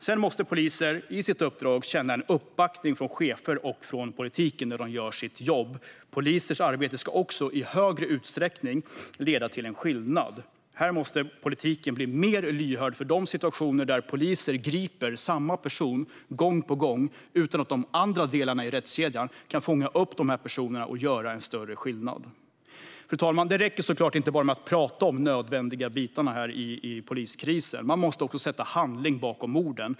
Vidare måste poliser i sitt uppdrag känna en uppbackning från chefer och från politiken när de gör sitt jobb. Polisers arbete ska också i högre utsträckning leda till en skillnad. Här måste politiken bli mer lyhörd för de situationer där poliser griper samma personer gång på gång utan att de andra delarna i rättskedjan kan fånga upp dem och göra en större skillnad. Fru talman! Det räcker såklart inte att bara prata om de nödvändiga bitarna i poliskrisen, utan man måste också sätta handling bakom orden.